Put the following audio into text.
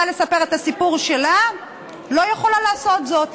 לספר את הסיפור שלה לא יכולה לעשות זאת.